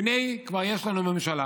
והינה כבר יש לנו ממשלה,